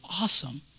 awesome